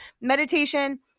meditation